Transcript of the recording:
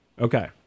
Okay